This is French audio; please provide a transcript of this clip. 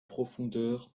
profondeur